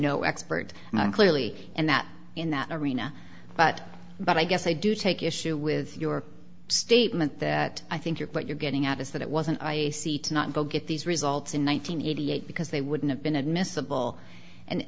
no expert clearly and that in that arena but but i guess i do take issue with your statement that i think what you're getting at is that it wasn't a seat not go get these results in one nine hundred eighty eight because they wouldn't have been admissible and